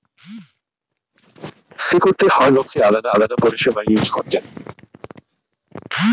KYC করতে হয় লোককে আলাদা আলাদা পরিষেবা ইউজ করতে